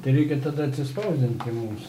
tai reikia tada atsispausdinti mums